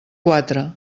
quatre